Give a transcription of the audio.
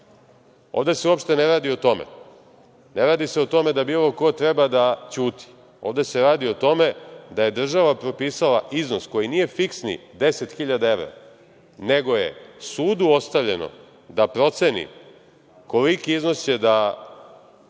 Ovde se uopšte ne radi o tome. Ne radi se o tome da bilo ko treba da ćuti, ovde se radi o tome da je država propisala iznos koji nije fiksni, 10.000 evra, nego je sudu ostavljeno da proceni koliki iznos će da